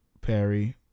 Perry